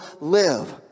live